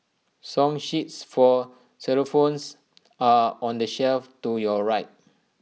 song sheets for xylophones are on the shelf to your right